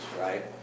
right